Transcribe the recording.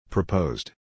Proposed